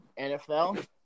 NFL